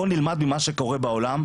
בואו נלמד ממה שקורה בעולם,